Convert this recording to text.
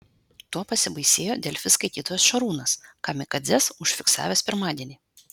tuo pasibaisėjo delfi skaitytojas šarūnas kamikadzes užfiksavęs pirmadienį